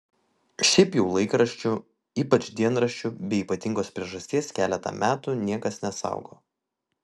šiaip jau laikraščių ypač dienraščių be ypatingos priežasties keletą metų niekas nesaugo